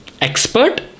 Expert